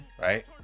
Right